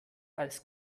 als